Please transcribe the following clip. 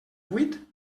vuit